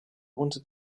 wanted